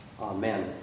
Amen